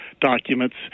documents